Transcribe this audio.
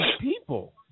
people